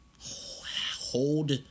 hold